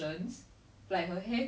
before you say I have things to say about